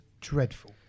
dreadful